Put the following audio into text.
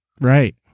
Right